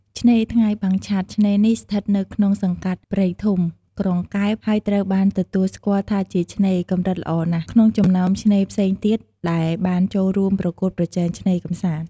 ឆ្នេរថ្ងៃបាំងឆ័ត្រ ឆ្នេរនេះស្ថិតនៅក្នុងសង្កាត់ព្រៃធំ ក្រុងកែប ហើយត្រូវបានទទួលស្គាល់ថាជាឆ្នេរ "កម្រិតល្អណាស់" ក្នុងចំណោមឆ្នេរផ្សេងទៀតដែលបានចូលរួមប្រកួតប្រជែងឆ្នេរកម្សាន្ត។